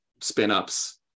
spin-ups